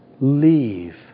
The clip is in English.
leave